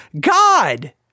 God